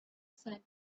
said